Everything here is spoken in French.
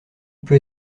peux